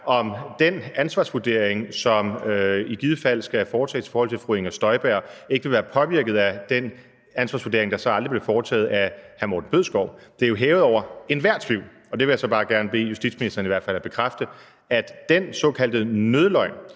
om den ansvarsvurdering, der i givet fald skal foretages i forhold til fru Inger Støjberg, ikke vil være påvirket af den ansvarsvurdering, der så aldrig blev foretaget i forhold til hr. Morten Bødskov. Det er jo hævet over enhver tvivl – og det vil jeg så bare gerne bede justitsministeren om i hvert fald at bekræfte – at den såkaldte nødløgn,